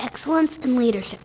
excellence in leadership